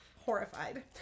horrified